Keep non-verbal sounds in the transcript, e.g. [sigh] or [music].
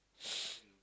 [noise]